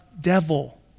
devil